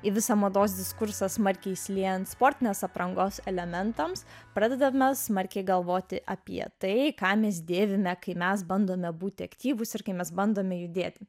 į visą mados diskursas smarkiai įsiliejant sportinės aprangos elementams pradedame smarkiai galvoti apie tai ką mes dėvime kai mes bandome būti aktyvūs ir kai mes bandome judėti